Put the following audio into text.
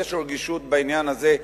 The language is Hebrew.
ויש רגישות בעניין הזה,